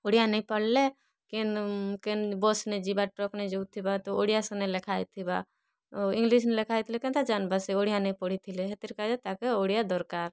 ଓଡ଼ିଆ ନେଇ ପଢ଼ଲେ କେନ୍ କେନ୍ ବସ୍ ନେଇ ଯିବା ଟ୍ରକ୍ ନେଇ ଯଉଥିବା ତ ଓଡ଼ିଆ ସେନ ଲେଖା ହେଇଥିବା ଇଂଲିଶ୍ ଲେଖା ହେଇଥିଲେ କେନ୍ତା ଜାନ୍ବା ସେ ଓଡ଼ିଆ ନେଇ ପଢ଼ିଥିଲେ ହେଥିର କାଜେ ତାକେ ଓଡ଼ିଆ ଦରକାର୍